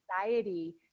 anxiety